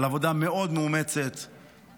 על עבודה מאוד מאומצת ורבה,